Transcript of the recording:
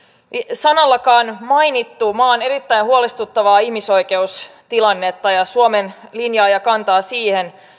sanallakaan mainittu maan erittäin huolestuttavaa ihmisoikeustilannetta ja suomen linjaa ja kantaa siihen